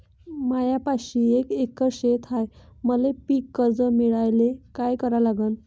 मायापाशी एक एकर शेत हाये, मले पीककर्ज मिळायले काय करावं लागन?